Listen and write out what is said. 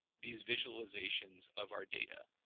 these visualizations of our data